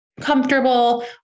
comfortable